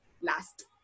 Last